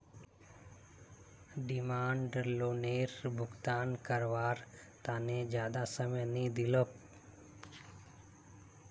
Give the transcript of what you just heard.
demand लोअनेर भुगतान कारवार तने ज्यादा समय नि इलोह